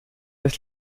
ist